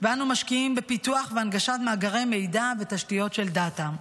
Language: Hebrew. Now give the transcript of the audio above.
ואנו משקיעים בפיתוח והנגשת מאגרי מידע ותשתיות של דאטה.